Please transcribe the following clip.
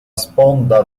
sponda